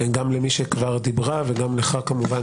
גם למי שכבר דיברה וגם לך כמובן